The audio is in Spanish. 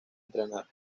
entrenar